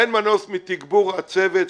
אין מנוס מתגבור הצוות,